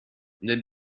nel